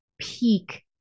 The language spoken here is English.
peak